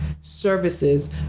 services